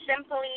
simply